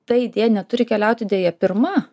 ta idėja neturi keliauti deja pirma